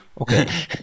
okay